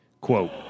Quote